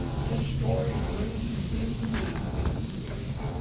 historic raises in the beef, if you will.